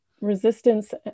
resistance